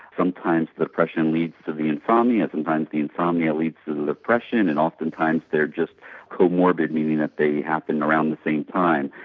sometimes depression leads to the insomnia, sometimes the insomnia leads to the depression, and oftentimes they are just comorbid, meaning that they happen around the same time.